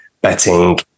betting